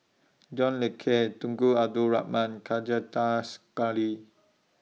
John Le Cain Tunku Abdul Rahman